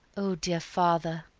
o dear father,